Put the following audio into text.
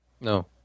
No